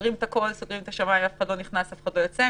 סוגרים את השמיים ואף אחד לא נכנס ואף אחד לא יוצא.